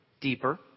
deeper